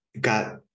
got